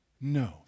No